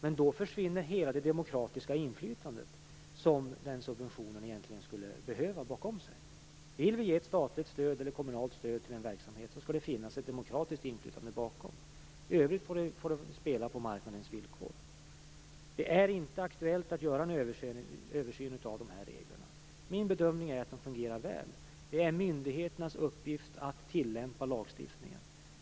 Men då försvinner hela det demokratiska inflytande som subventionen egentligen skulle behöva ha bakom sig. Vill vi ge ett statligt eller kommunalt stöd till en verksamhet, så skall det finnas ett demokratiskt inflytande bakom. I övrigt får man spela på marknadens villkor. Det är inte aktuellt att göra en översyn av de här reglerna. Min bedömning är att de fungerar väl. Det är myndigheternas uppgift att tillämpa lagstiftningen.